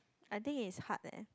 I think is hard leh